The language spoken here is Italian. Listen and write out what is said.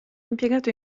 impiegato